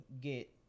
get